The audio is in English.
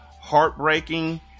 heartbreaking